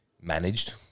managed